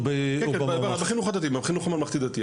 כן כן, בחינוך הממלכתי-דתי.